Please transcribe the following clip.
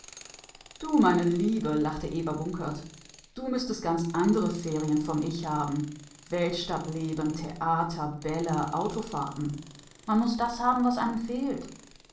du meine liebe lachte eva bunkert du müßtest ganz andere ferien vom ich haben weltstadtleben theater bälle autofahrten man muß das haben was einem fehlt